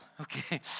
okay